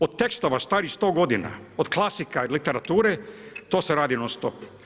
Od tekstova starih 100 godina, od klasika literature, to se radi non-stop.